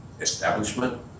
establishment